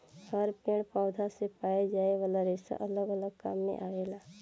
हर पेड़ पौधन से पाए जाये वाला रेसा अलग अलग काम मे आवेला